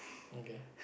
okay